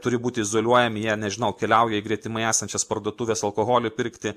turi būti izoliuojami jie nežinau keliauja į gretimai esančias parduotuves alkoholį pirkti